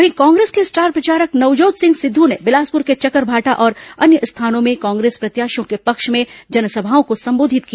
वहीं कांग्रेस के स्टार प्रचारक नवजोत सिंह सिद्ध ने बिलासपुर के चकरभाटा और अन्य स्थानों में कांग्रेस प्रत्याशियों के पक्ष में जनसभाओं को संबोधित किया